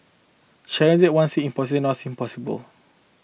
challenge that once seemed impossible now seem possible